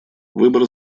выбор